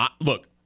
Look